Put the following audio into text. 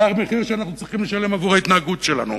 זה המחיר שאנחנו צריכים לשלם על ההתנהגות שלנו,